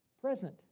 present